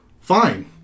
Fine